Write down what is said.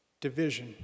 division